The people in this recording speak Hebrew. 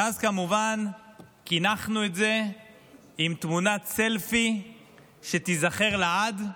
ואז כמובן קינחנו את זה בתמונת סלפי שתיזכר לעד,